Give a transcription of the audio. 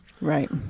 Right